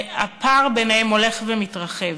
והפער ביניהם הולך ומתרחב.